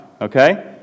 okay